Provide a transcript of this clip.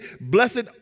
blessed